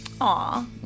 Aw